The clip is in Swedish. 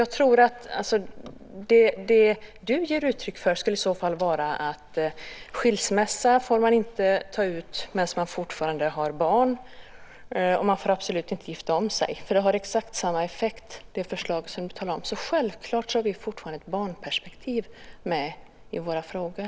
Jag tror att det du ger uttryck för i så fall skulle vara att man inte får ta ut skilsmässa medan man fortfarande har barn, och man får absolut inte gifta om sig, för det förslag som du talar om har exakt samma effekt. Självklart har vi fortfarande ett barnperspektiv med i våra frågor.